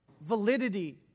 validity